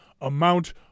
amount